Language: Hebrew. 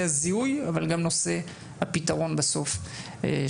הזיהוי אבל גם נושא הפתרון של הנושא.